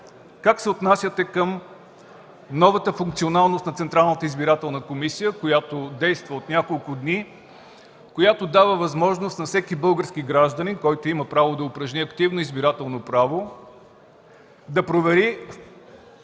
как се отнасяте към новата функционалност на Централната избирателна комисия, която действа от няколко дни и дава възможност на всеки български гражданин, който има право да упражни активно избирателно право, да провери